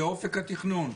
זה אופק התכנון.